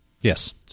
Yes